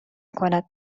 کند